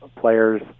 players